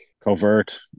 Covert